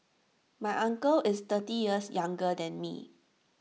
my uncle is thirty years younger than me